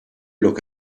look